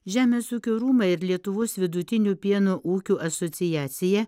žemės ūkio rūmai ir lietuvos vidutinių pieno ūkių asociacija